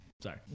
sorry